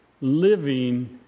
living